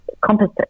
composite